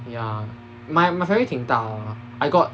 ya my my family 挺大 ah I got